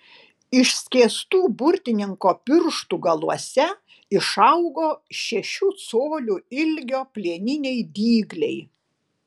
išskėstų burtininko pirštų galuose išaugo šešių colių ilgio plieniniai dygliai